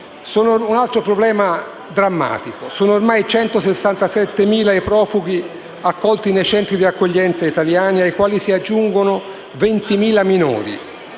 Un altro problema drammatico sono gli ormai 167.000 profughi accolti nei centri di accoglienza italiani ai quali si aggiungono 20.000 minori.